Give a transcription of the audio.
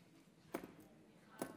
קודם כול,